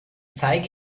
zeige